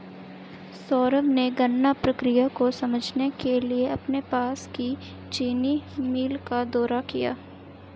सौरभ ने गन्ना प्रक्रिया को समझने के लिए अपने पास की चीनी मिल का दौरा किया